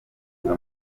buza